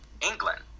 England